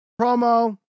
Promo